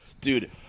dude